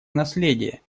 наследие